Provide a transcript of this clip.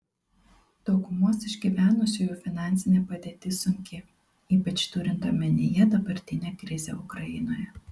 daugumos išgyvenusiųjų finansinė padėtis sunki ypač turint omenyje dabartinę krizę ukrainoje